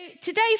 today